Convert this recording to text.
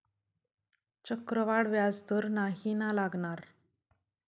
चक्रवाढ व्याज तर नाही ना लागणार?